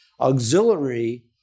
auxiliary